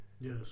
Yes